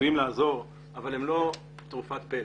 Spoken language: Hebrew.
עשויים לעזור אבל הם לא תרופת פלא.